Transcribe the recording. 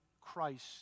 Christ